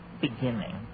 beginning